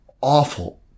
awful